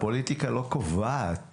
הפוליטיקה לא קובעת.